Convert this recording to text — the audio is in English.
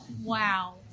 Wow